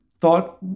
thought